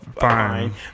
fine